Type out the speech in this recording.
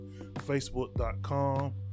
facebook.com